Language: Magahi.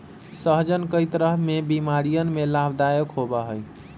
सहजन कई तरह के बीमारियन में लाभदायक होबा हई